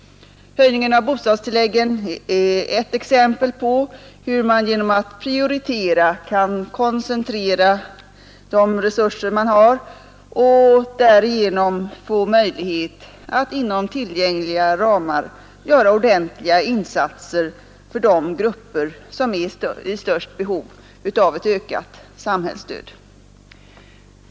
Höjningen av bostadstilläggen är ett exempel på hur man genom att prioritera kan koncentrera de resurser man har och därigenom få möjlighet att inom tillgängliga ramar göra ordentliga insatser för de grupper som är i störst behov av ett ökat samhällsstöd.